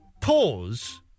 pause